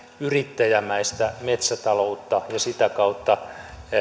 yrittäjämäistä metsätaloutta ja sitä kautta